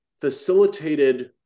facilitated